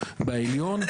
בעליון,